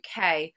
uk